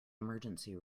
emergency